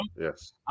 Yes